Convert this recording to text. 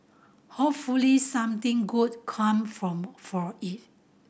hopefully something good come from for it